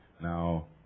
Now